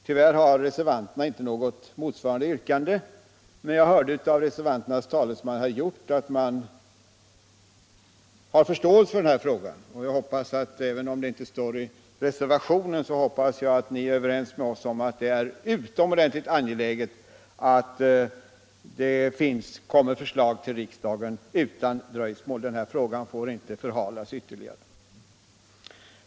Tyvärr har reservanterna inte något motsvarande yrkande, men jag hörde av reservanternas talesman, herr Hjorth, att man har förståelse för denna fråga. Även om det inte står i reservationen, hoppas jag att ni är överens med oss om att det är utomordentligt angeläget att det kommer förslag till riksdagen utan dröjsmål; denna fråga får inte förhalas ytterligare.